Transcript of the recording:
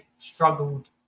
struggled